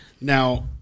Now